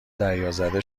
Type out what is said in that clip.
دریازده